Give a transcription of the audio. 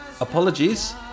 Apologies